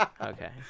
Okay